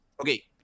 Okay